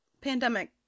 pandemic